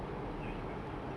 to me ah in my opinion